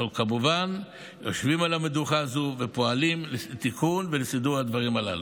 אנחנו כמובן יושבים על המדוכה ופועלים לתיקון ולסידור הדברים הללו.